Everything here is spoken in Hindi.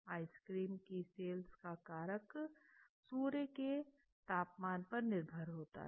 आइसक्रीम की सेल्स का कारक सूर्य के तापमान पर निर्भर होता है